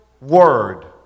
word